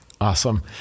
awesome